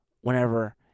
Whenever